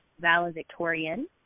valedictorian